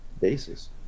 basis